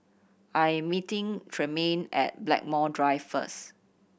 I am meeting Tremaine at Blackmore Drive first